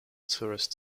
tourist